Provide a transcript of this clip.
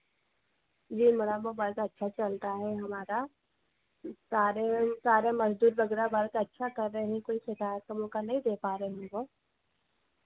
जी मेरा मो वर्क अच्छा चल रहा है हमारा सारे सारे मज़दूर वगैरह वर्क अच्छा कर रहे हैं कोई शिकायत का मौका नहीं दे पा रहे वो